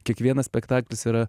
kiekvienas spektaklis yra